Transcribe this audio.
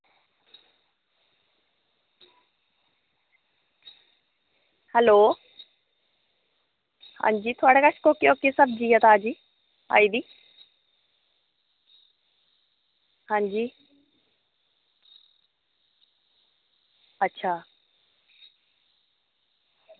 hello थुआढ़े कोल कोह्की कोह्की सब्ज़ी ऐ आई दी ताज़ी आं जी अच्छा